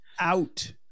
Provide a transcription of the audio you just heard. Out